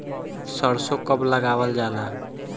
सरसो कब लगावल जाला?